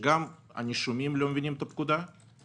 שגם הנישומים לא מבינים את הפקודה וגם